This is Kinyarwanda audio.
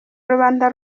rubanda